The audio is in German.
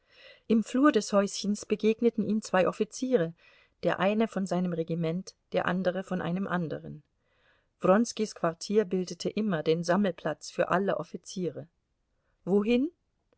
im flur des häuschens begegneten ihm zwei offiziere der eine von seinem regiment der andere von einem anderen wronskis quartier bildete immer den sammelplatz für alle offiziere wohin